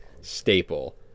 staple